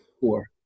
Four